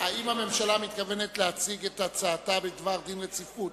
האם הממשלה מתכוונת להציג את הצעתה בדבר דין הרציפות?